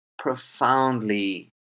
Profoundly